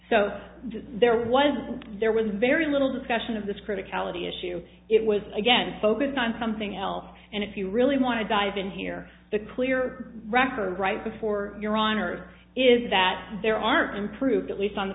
so there was there was very little discussion of this critic ality issue it was again focused on something else and if you really want to dive in here the clear record right before your honor is that there aren't improved at least on the